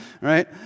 Right